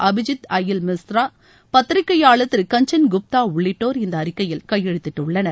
அபிஜித் அய்யர் மித்ரா பத்திரிகையாளர் திரு கஞ்சன் குப்தா உள்ளிட்டோர் இந்த அறிக்கையில் கையழெத்திட்டுள்ளனர்